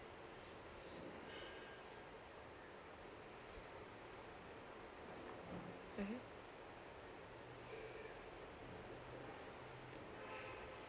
mmhmm